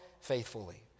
faithfully